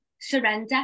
surrender